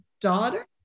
daughter